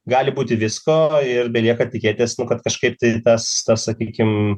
gali būti visko ir belieka tikėtis kad kažkaip tai tas sakykim